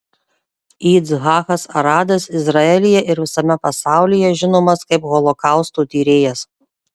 yitzhakas aradas izraelyje ir visame pasaulyje žinomas kaip holokausto tyrėjas